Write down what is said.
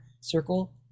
circle